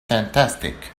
fantastic